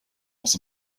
was